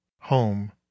Home